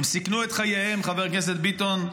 הם סיכנו את חייהם, חבר הכנסת ביטון,